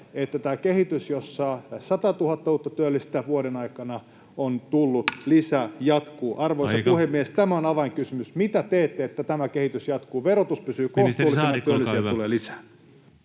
että tämä kehitys, jossa 100 000 uutta työllistä vuoden aikana on tullut lisää, jatkuu. [Puhemies: Aika!] Arvoisa puhemies! Tämä on avainkysymys. Mitä teette, että tämä kehitys jatkuu, että verotus pysyy kohtuullisena ja työllisiä tulee lisää?